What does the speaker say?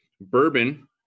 Bourbon